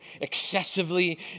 excessively